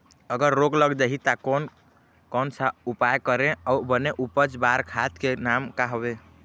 अगर रोग लग जाही ता कोन कौन सा उपाय करें अउ बने उपज बार खाद के नाम का हवे?